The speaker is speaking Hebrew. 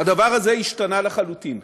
הדבר הזה השתנה לחלוטין.